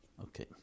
Okay